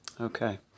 Okay